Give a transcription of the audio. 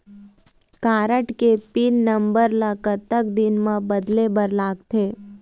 Card के pin number ला कतक दिन म बदले बर लगथे?